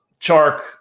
Chark